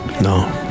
No